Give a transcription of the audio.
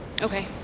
Okay